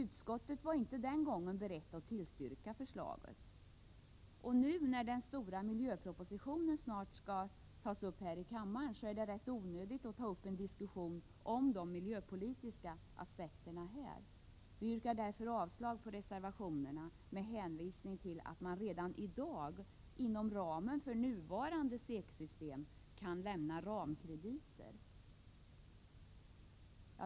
Utskottet var den gången inte berett att tillstyrka förslaget. När nu den stora miljöpropositionen snart skall läggas fram för riksdagen är det ganska onödigt att här diskutera de miljöpolitiska aspekterna. Vi yrkar därför avslag på dessa reservationer med hänvisning till att man redan i dag inom ramen för nuvarande SEK-system kan lämna ramkrediter.